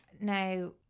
Now